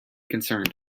concerned